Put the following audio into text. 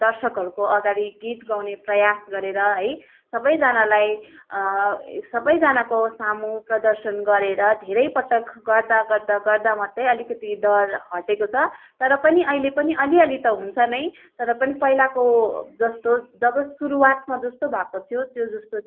दर्शकहरूको अघाडि गीत गाउने प्रयास गरेर है सबैजनालाई सबैजनाको सामु प्रदर्शन गरेर धेरैपटक गर्दा गर्दा गर्दा मात्रै अलिकति डर हटेको छ तर पनि अहिले पनि अलि अलि त हुन्छ नै तर पनि पहिलाको जस्तो जब शुरुवातमा जस्तो भएको थियो त्यो जस्तो